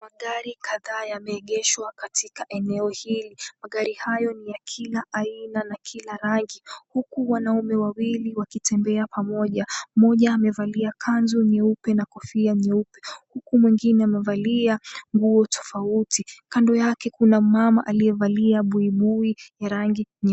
Magari kadhaa yameengeshwa katika eneo hili magari hayo ni ya kila aina na kila rangi huku wanaume wawili wakitembea pamoja, mmoja amevalia kanzu nyeupe na kofia nyeupe huku mwingine amevalia nguo tofauti kando yake kuna mama aliyevalia buibui ya rangi nyekundu.